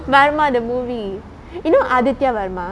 Varma the movie you know Aditya Varma varma